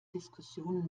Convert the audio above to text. diskussionen